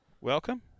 Welcome